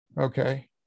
Okay